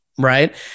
right